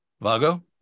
Vago